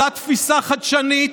אותה תפיסה חדשנית